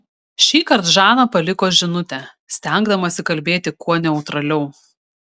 šįkart žana paliko žinutę stengdamasi kalbėti kuo neutraliau